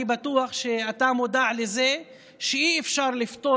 אני בטוח שאתה מודע לזה שאי-אפשר לפתור